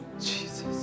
Jesus